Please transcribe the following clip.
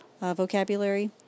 vocabulary